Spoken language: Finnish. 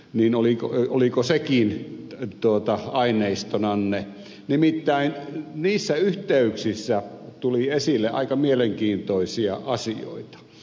niin oliko oliko sekin että tuota aineistonanne nimittäin niissä yhteyksissä tuli esille aika mielenkiintoisia asioita